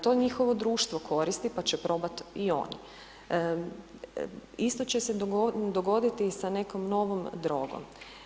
To njihovo društvo koristi pa će probat i oni, isto će se dogoditi i sa nekom novom drogom.